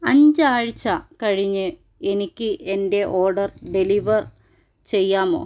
അഞ്ച് ആഴ്ച കഴിഞ്ഞ് എനിക്ക് എന്റെ ഓർഡർ ഡെലിവർ ചെയ്യാമോ